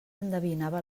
endevinava